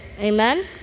amen